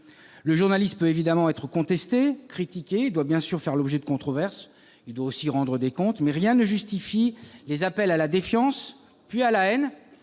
Le journaliste peut évidemment être contesté, critiqué ; il doit bien sûr faire l'objet de controverses et il doit aussi rendre des comptes. Mais rien ne justifie les appels à la défiance, puis à la haine,